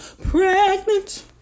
Pregnant